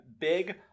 big